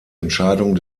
entscheidung